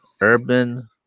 Urban